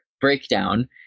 breakdown